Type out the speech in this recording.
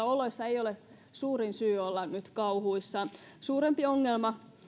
oloissa ei ole suurin syy olla nyt kauhuissaan suurempi ongelma